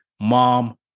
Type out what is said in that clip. mom